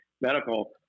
Medical